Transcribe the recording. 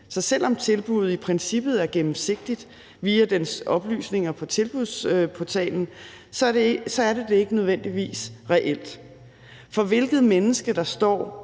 Så selv om tilbuddet i princippet er gennemsigtigt via oplysningerne på Tilbudsportalen, er det ikke nødvendigvis reelt sådan, for hvilket menneske, der står